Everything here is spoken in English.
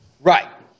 Right